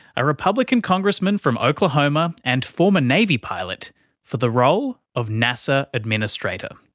a republican congressman from oklahoma and former navy pilot for the role of nasa administrator.